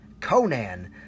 Conan